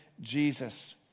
Jesus